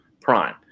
prime